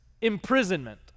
imprisonment